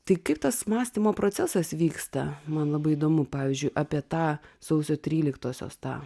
tai kaip tas mąstymo procesas vyksta man labai įdomu pavyzdžiui apie tą sausio tryliktosios tą